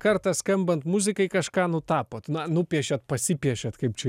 kartą skambant muzikai kažką nutapot na nupiešiat pasipiešiat kaip čia